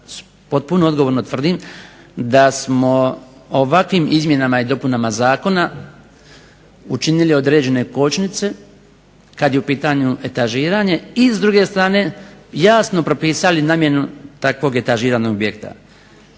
potpuno odgovorno tvrdim da smo ovakvim izmjenama i dopunama zakona učinili određene kočnice, kada je u pitanju etažiranje i s druge strane jasno propisali namjenu takvog etažiranog objekta.